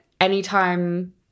anytime